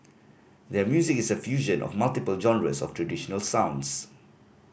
their music is a fusion of multiple genres of traditional sounds